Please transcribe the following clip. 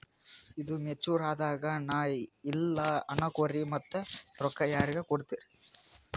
ಈದು ಮೆಚುರ್ ಅದಾಗ ನಾ ಇಲ್ಲ ಅನಕೊರಿ ಮತ್ತ ರೊಕ್ಕ ಯಾರಿಗ ಕೊಡತಿರಿ?